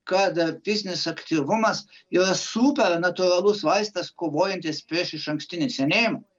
kad fizinis aktyvumas yra super natūralus vaistas kovojantis prieš išankstinį senėjimą